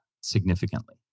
significantly